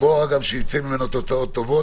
נקווה שייצאו ממנו תוצאות טובות.